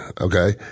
Okay